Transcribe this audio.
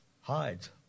hides